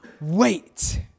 Wait